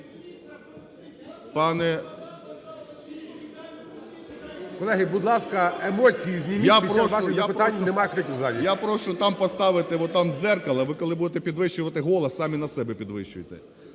Колеги, будь ласка, емоції зніміть, під час ваших запитань нема крику в залі. ГРОЙСМАН В.Б. Я прошу там поставити, от там дзеркало, ви, коли будете підвищувати голос, самі на себе підвищуйте.